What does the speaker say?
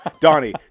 Donnie